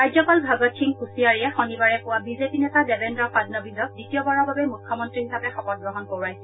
ৰাজ্যপাল ভগত সিং কুশিয়াৰীয়ে শনিবাৰে পুৱা বিজেপি নেতা দেবেন্দ্ৰ ফড়নবিজক দ্বিতীয়বাৰৰ বাবে মুখ্যমন্ত্ৰী হিচাপে শপতগ্ৰহণ কৰোৱাইছিল